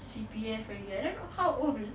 C_P_F eh I don't know how old